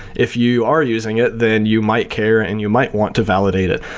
if you are using it, then you might care and you might want to validate it.